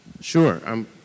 Sure